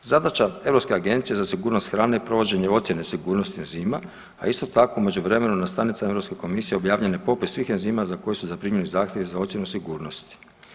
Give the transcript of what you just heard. Zadaća Europske agencije za sigurnost hrane i provođenje ocjene sigurnosti enzima, a isto tako u međuvremenu na stranicama Europske komisije objavljen je popis svih enzima za koje su zaprimili zahtjev za ocjenu sigurnosti.